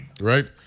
right